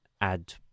add